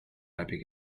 läbi